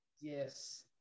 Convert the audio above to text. yes